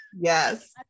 yes